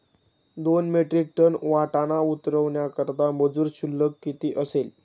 दोन metric ton वाटाणा उतरवण्याकरता मजूर शुल्क किती असेल?